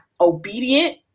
obedient